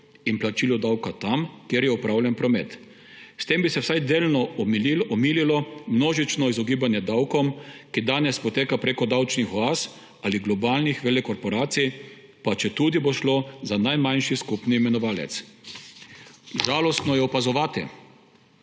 in plačilo davka tam, kjer je opravljen promet. S tem bi se vsaj delno omililo množično izogibanje davkom, ki danes poteka prek davčnih oaz ali globalnih velekorporacij, pa četudi bo šlo za najmanjši skupni imenovalec. Žalostno je opazovati,